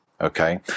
okay